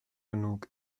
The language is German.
genug